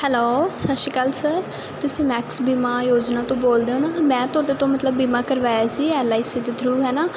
hello ਸਤਿ ਸ਼੍ਰੀ ਅਕਾਲ ਸਰ ਤੁਸੀਂ ਮੈਕਸ ਬੀਮਾ ਯੋਜਨਾ ਤੋਂ ਬੋਲਦੇ ਹੋ ਨਾ ਮੈਂ ਤੁਹਾਡੇ ਤੋਂ ਮਤਲਬ ਬੀਮਾ ਕਰਵਾਇਆ ਸੀ ਐਲ ਆਈ ਸੀ ਦੇ ਥਰੂ ਹੈ ਨਾ